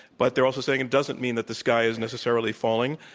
but they're also saying it doesn't mean that the sky is necessarily falling.